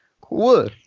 Cool